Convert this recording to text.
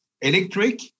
electric